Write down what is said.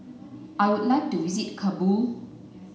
I would like to visit Kabul